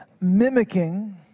mimicking